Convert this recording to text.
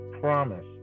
promise